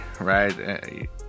right